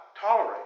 tolerate